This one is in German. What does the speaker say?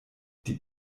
die